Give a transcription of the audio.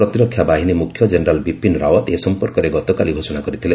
ପ୍ରତିରକ୍ଷା ବାହିନୀ ମୁଖ୍ୟ ଜେନେରାଲ୍ ବିପିନ ରାଓ୍ୱତ ଏ ସମ୍ପର୍କରେ ଗତକାଲି ଘୋଷଣା କରିଥିଲେ